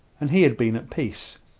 and he had been at peace.